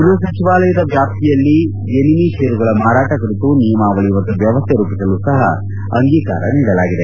ಗ್ಲಪ ಸಚಿವಾಲಯದ ವ್ಲಾಪ್ತಿಯಲ್ಲಿ ಎನಿಮಿ ಷೇರುಗಳ ಮಾರಾಟ ಕುರಿತು ನಿಯಮಾವಳಿ ಮತ್ತು ವ್ಯವಸ್ಥೆ ರೂಪಿಸಲು ಸಹ ಅಂಗೀಕಾರ ನೀಡಲಾಗಿದೆ